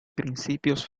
principios